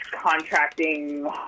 contracting